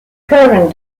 current